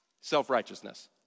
self-righteousness